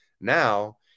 Now